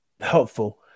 helpful